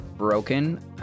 Broken